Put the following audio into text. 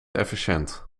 efficiënt